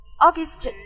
August